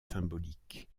symbolique